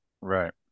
right